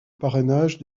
parrainage